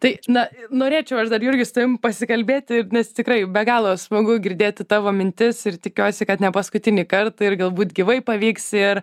tai na norėčiau aš dar jurgi su tavim pasikalbėti nes tikrai be galo smagu girdėti tavo mintis ir tikiuosi kad ne paskutinį kartą ir galbūt gyvai pavyks ir